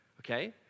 okay